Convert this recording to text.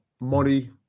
money